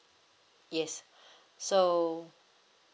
yes so